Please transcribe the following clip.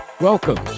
Welcome